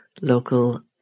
local